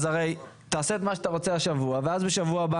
הרי תעשה את מה שאתה רוצה השבוע ואז בשבוע הבא